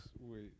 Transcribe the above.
Wait